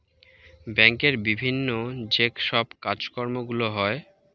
ব্যাংকের বিভিন্ন যে সব কাজকর্মগুলো হয়